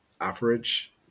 average